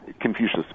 Confucius